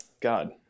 God